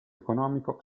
economico